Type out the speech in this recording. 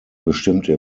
bestimmte